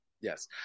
Yes